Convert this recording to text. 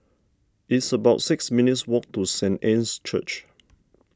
it's about six minutes' walk to Saint Anne's Church